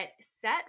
set